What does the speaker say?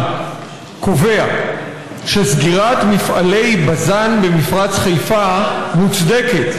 קובע שסגירת מפעלי בז"ן במפרץ חיפה מוצדקת